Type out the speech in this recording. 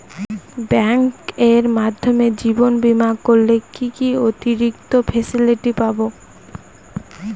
ব্যাংকের মাধ্যমে জীবন বীমা করলে কি কি অতিরিক্ত ফেসিলিটি পাব?